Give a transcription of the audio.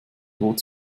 droht